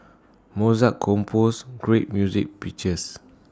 Mozart composed great music pieces